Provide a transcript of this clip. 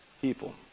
people